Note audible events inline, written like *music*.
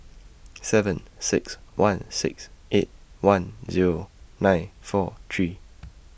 seven six one six eight one Zero nine four three *noise*